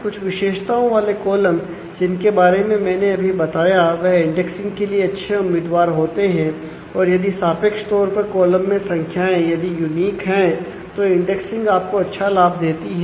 कुछ विशेषताओं वाले कॉलम जिनके बारे में मैंने अभी बताया वह इंडेक्सिंग के लिए अच्छे उम्मीदवार होते हैं और यदि सापेक्ष तौर पर कॉलम में संख्याएं यदि यूनिक हैं तो इंडेक्सिंग आपको अच्छा लाभ देती है